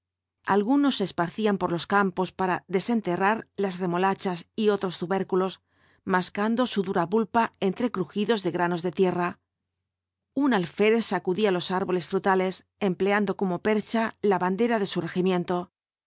algunos se esparcían por los campos para desenterrar las remolachas y otros tubérculos mascando su dura pulpa entre crujidos de granos de tierra un alférez sacudía los árboles frutales empleando como percha la bandera de